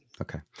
Okay